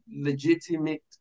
legitimate